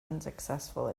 unsuccessful